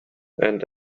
and